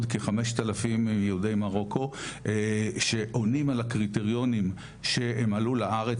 כ-5,000 יהודי מרוקו שעונים על הקריטריונים שהם עלו לארץ,